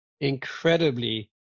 incredibly